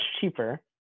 cheaper